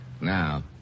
Now